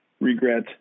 regret